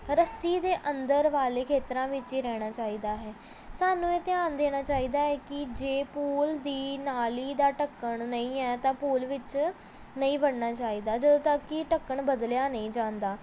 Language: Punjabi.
ਰੱਸੀ ਦੇ ਅੰਦਰ ਵਾਲੇ ਖੇਤਰਾਂ ਵਿੱਚ ਹੀ ਰਹਿਣਾ ਚਾਹੀਦਾ ਹੈ ਸਾਨੂੰ ਇਹ ਧਿਆਨ ਦੇਣਾ ਚਾਹੀਦਾ ਹੈ ਕਿ ਜੇ ਪੂਲ ਦੀ ਨਾਲੀ ਦਾ ਢੱਕਣ ਨਹੀਂ ਹੈ ਤਾਂ ਪੂਲ ਵਿੱਚ ਨਹੀਂ ਵੜਨਾ ਚਾਹੀਦਾ ਜਦੋਂ ਤੱਕ ਕਿ ਢੱਕਣ ਬਦਲਿਆ ਨਹੀਂ ਜਾਂਦਾ